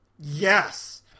yes